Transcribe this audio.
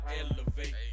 elevate